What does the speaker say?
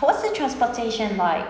what's the transportation like